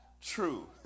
true